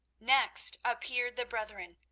next appeared the brethren,